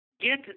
get